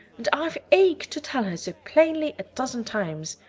and i've ached to tell her so plainly a dozen times.